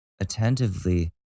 attentively